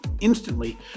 instantly